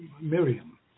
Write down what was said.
Miriam